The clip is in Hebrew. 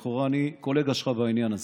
לכאורה, אני קולגה שלך בעניין הזה.